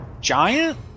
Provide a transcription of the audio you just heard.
giant